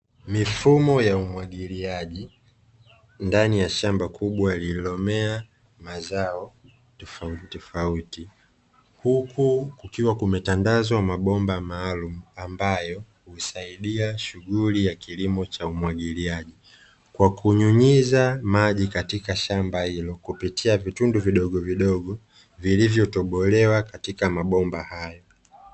Mifumo ya umwagiliaji ndani ya shamba kubwa lililomea mazao tofautitofuti, huku kukiwa kumetandazwa mabomba maalumu ambayo huisaidia shughuli ya kilimo cha umwagiliaji, kwa kunyunyiza maji katika shamba hilo kupitia vitundu vidogovidogo, vilivyotobolewa katika mabomba hayo.